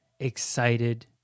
excited